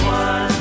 one